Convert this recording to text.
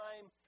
time